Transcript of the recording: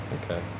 okay